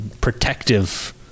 protective